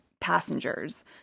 passengers